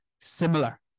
similar